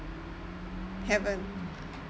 haven't